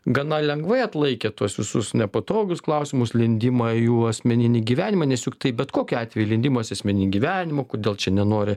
gana lengvai atlaikė tuos visus nepatogius klausimus lindimą į jų asmeninį gyvenimą nes juk tai bet kokiu atveju lindimas į asmeninį gyvenimą kodėl čia nenori